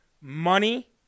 Money